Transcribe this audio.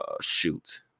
shoot